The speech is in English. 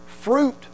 Fruit